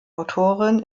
autorin